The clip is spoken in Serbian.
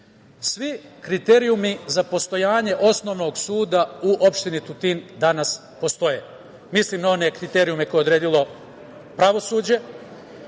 kriterijumi za postojanje osnovnog suda u opštini Tutin danas postoje. Mislim na one kriterijume koje je odredilo pravosuđe